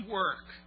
work